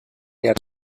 der